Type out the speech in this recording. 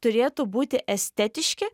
turėtų būti estetiški